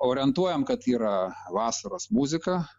orientuojam kad yra vasaros muzika